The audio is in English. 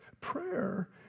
Prayer